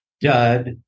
Dud